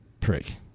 prick